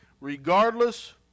regardless